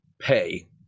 pay